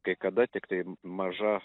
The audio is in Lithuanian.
kai kada tiktai maža